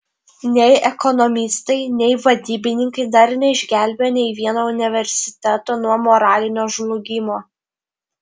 nei ekonomistai nei vadybininkai dar neišgelbėjo nei vieno universiteto nuo moralinio žlugimo